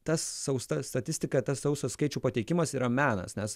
ta sausa statistika tas sausas skaičių pateikimas yra menas nes